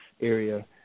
area